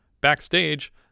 backstage